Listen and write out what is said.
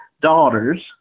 daughters